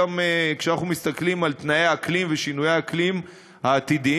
כשאנחנו מסתכלים על תנאי האקלים ושינויי האקלים העתידיים,